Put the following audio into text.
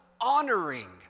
honoring